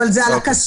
אבל זה בשוליים,